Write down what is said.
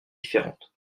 différentes